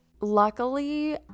Luckily